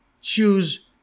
choose